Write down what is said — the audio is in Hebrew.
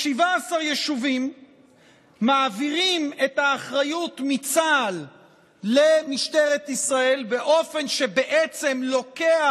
ב-17 יישובים מעבירים את האחריות מצה"ל למשטרת ישראל באופן שבעצם לוקח